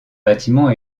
bâtiment